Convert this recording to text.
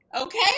okay